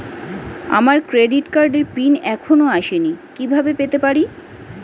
আমার ক্রেডিট কার্ডের পিন এখনো আসেনি কিভাবে পেতে পারি?